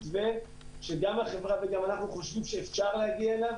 מתווה שגם החברה וגם אנחנו חושבים שאפשר להגיע אליו.